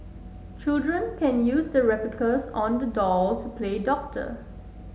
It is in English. children can use the replicas on the doll to play doctor